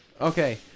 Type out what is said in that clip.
okay